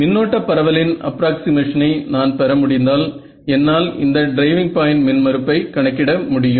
மின்னோட்ட பரவலின் அப்ராக்ஸிமேஷனை நான் பெற முடிந்தால் என்னால் இந்த டிரைவிங் பாய்ண்ட் மின் மறுப்பை கணக்கிட முடியும்